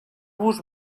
vos